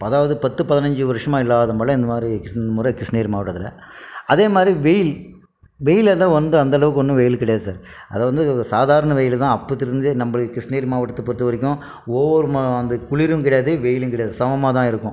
அதாவது பத்து பதினஞ்சு வருஷமா இல்லாத மழை இந்த மாதிரி கிருஷ்ணகிரி மாவட்டத்தில் அதே மாதிரி வெயில் வெயில் எதுவும் வந்து அந்தளவுக்கு ஒன்றும் வெயில் கிடையாது சார் அதை வந்து சாதாரண வெயில் தான் அப்போத்திலேருந்தே நம்ம கிருஷ்ணகிரி மாவட்டத்தை பொருத்த வரைக்கும் ஒவ்வொரு அந்த குளிரும் கிடையாது வெயிலும் கிடையாது சமமாக தான் இருக்கும்